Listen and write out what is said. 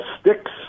Sticks